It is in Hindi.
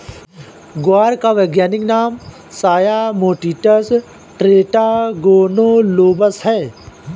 ग्वार का वैज्ञानिक नाम साया मोटिसस टेट्रागोनोलोबस है